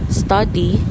study